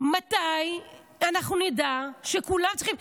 מתי אנחנו נדע שכולם צריכים,